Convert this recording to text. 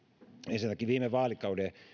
ensinnäkin viime vaalikauden